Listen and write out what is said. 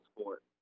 sport